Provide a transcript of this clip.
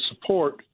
support